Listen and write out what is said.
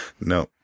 No